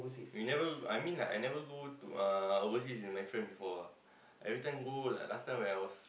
we never I mean like I never go to uh overseas with my friends before ah every time go like last time when I was